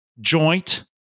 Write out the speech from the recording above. joint